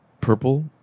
purple